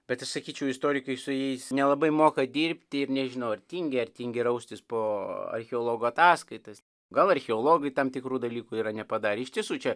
bet aš sakyčiau istorikai su jais nelabai moka dirbti ir nežinau ar tingi ar tingi raustis po archeologų ataskaitas gal archeologai tam tikrų dalykų yra nepadarę iš tiesų čia